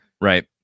Right